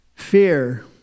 Fear